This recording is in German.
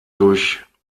durch